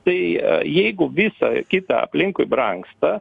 tai jeigu visa kita aplinkui brangsta